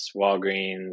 walgreens